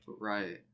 right